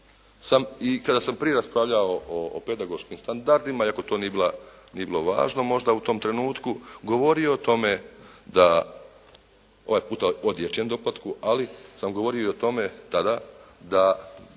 i kada sam prije raspravljao o pedagoškim standardima i ako to nije bilo važno možda u tom trenutku govorio o tome da ovaj puta o dječjem doplatku, ali sam govorio i o tome tada da